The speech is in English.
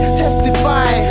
testify